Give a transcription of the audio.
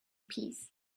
peace